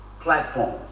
platforms